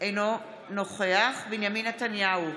אינו נוכח בנימין נתניהו,